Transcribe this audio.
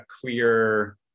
clear